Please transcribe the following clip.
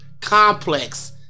complex